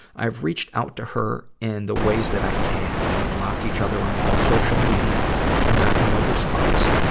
i've reached out to her in the ways that i can we blocked each other on all social media and got no response.